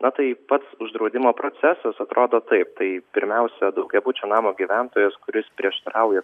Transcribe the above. na tai pats uždraudimo procesas atrodo taip tai pirmiausia daugiabučio namo gyventojas kuris prieštarauja